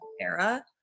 era